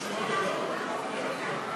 הרווחה והבריאות נתקבלה.